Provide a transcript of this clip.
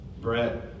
Brett